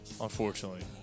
Unfortunately